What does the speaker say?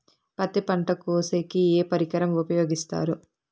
పత్తి పంట కోసేకి ఏ పరికరం ఉపయోగిస్తారు?